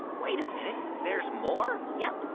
wait a minute. there's more? yep.